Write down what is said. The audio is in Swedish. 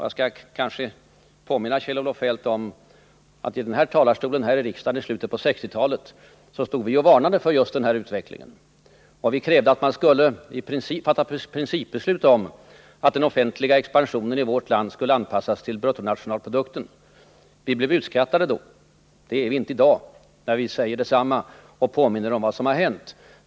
Jag skall kanske påminna Kjell-Olof Feldt om att vi moderater redan i slutet av 1960-talet från riksdagens talarstol varnade för just den här utvecklingen. Vi krävde principbeslut om att den offentliga expansionen i vårt land skulle anpassas till bruttonationalproduktens tillväxt. Vi blev utskrattade då. Det blir vi inte i dag när vi säger detsamma och påminner om vad som har hänt.